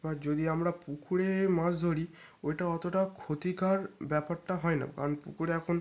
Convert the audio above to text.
এবার যদি আমরা পুকুরে মাছ ধরি ওইটা অতটা ক্ষতিকর ব্যাপারটা হয় না কারণ পুকুরে এখন